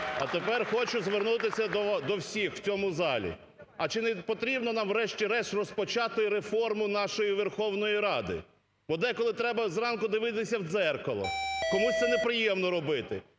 А тепер хочу звернутися до всіх в цьому залі. А чи не потрібно нам врешті-решт розпочати реформу нашої Верховної Ради, бо деколи треба зранку дивитися в дзеркало, комусь це неприємно робити.